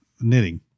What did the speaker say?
knitting